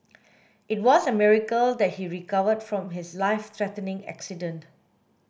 it was a miracle that he recovered from his life threatening accident